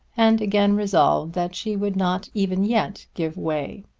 and again resolved that she would not even yet give way.